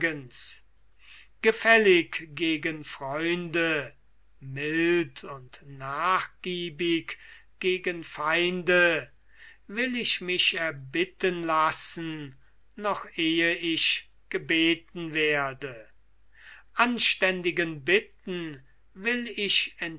gefällig gegen freunde mild und nachgiebig gegen feinde will ich mich erbitten lassen noch ehe ich gebeten werde anständigen bitten will ich